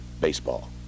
baseball